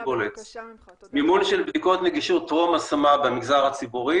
מימון בדיקות נגישות טרום השמה במגזר הציבורי